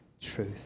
truth